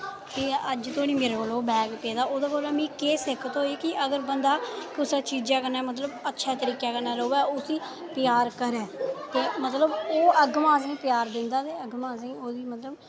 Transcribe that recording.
ते अज्ज धोड़ी मेरे कोल ओ बैग पेदा ओह्दे कोला मी केह् सिक्ख थ्होई कि अगर बंदा कुसै चीज कन्नै मतलब अच्छै तरीके कन्नै र'वै उस्सी प्यार करै ते मतलब ओ अग्गुआं असें प्यार दिंदा ते अग्गुआं असें ओह्दी मतलब